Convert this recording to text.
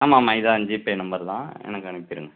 ஆமாம் ஆமாம் இதான் ஜிபே நம்பர் தான் எனக்கு அனுப்பிவிடுங்க